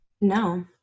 No